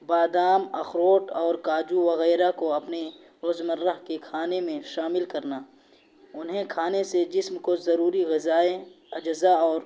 بادام اخروٹ اور کاجو وغیرہ کو اپنے روز مرہ کے کھانے میں شامل کرنا انہیں کھانے سے جسم کو ضروری غذائیں اجزا اور